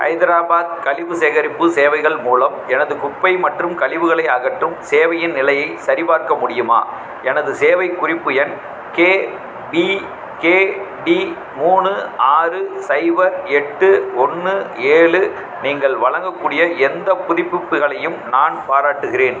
ஹைதராபாத் கழிவு சேகரிப்பு சேவைகள் மூலம் எனது குப்பை மற்றும் கழிவுகளை அகற்றும் சேவையின் நிலையைச் சரிபார்க்க முடியுமா எனது சேவை குறிப்பு எண் கேபிகேடி மூணு ஆறு சைபர் எட்டு ஒன்று ஏழு நீங்கள் வழங்கக்கூடிய எந்த புதுப்பிப்புகளையும் நான் பாராட்டுகிறேன்